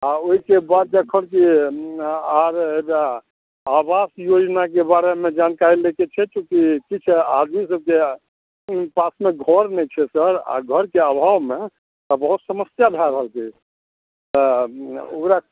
आ ओहिके बाद जखन जे आवास योजनाके बारेमे जानकारी लैके छै चुंँकि आदमी सबके पासमे घर नहि छै सर आ घरके आभावमे बहुत समस्या भए रहल छै तऽ ओकरा